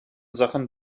sachen